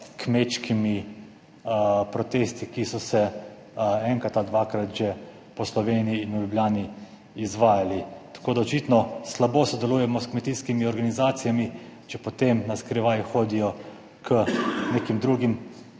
kmečkimi protesti, ki so se enkrat ali dvakrat že po Sloveniji in v Ljubljani izvajali. Tako da očitno slabo sodelujemo s kmetijskimi organizacijami, če potem na skrivaj hodijo k nekim drugim